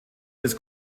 des